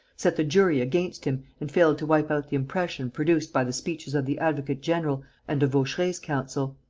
set the jury against him and failed to wipe out the impression produced by the speeches of the advocate-general and of vaucheray's counsel.